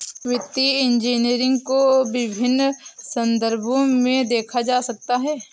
वित्तीय इंजीनियरिंग को विभिन्न संदर्भों में देखा जा सकता है